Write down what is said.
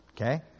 Okay